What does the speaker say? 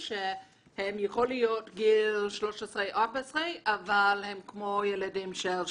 שהם יכולים להיות בני 13 ו-14 אבל הם כמו ילדים בגיל שלוש.